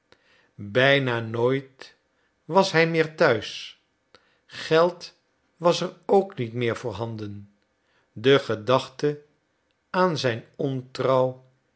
bijna nooit was hij meer thuis geld was er ook niet meer voorhanden de gedachte aan zijn ontrouw